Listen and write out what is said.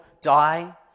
die